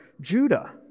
Judah